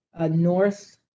North